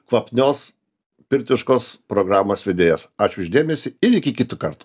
kvapnios pirtiškos programos vedėjas ačiū už dėmesį ir iki kitų kartų